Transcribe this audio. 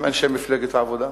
הם אנשי מפלגת העבודה,